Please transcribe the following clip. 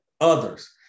others